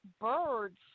birds